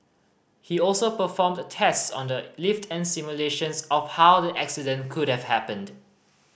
he also performed tests on the lift and simulations of how the accident could have happened